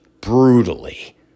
brutally